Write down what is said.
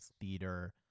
theater